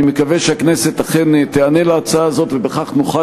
אני מקווה שהכנסת אכן תיענה להצעה הזו ובכך תוכל